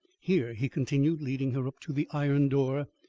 here, he continued, leading her up to the iron door,